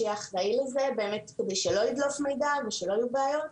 שיהיה אחראי לזה כדי שלא ידלוף מידע ושלא יהיו בעיות.